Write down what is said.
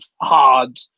hard